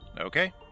Okay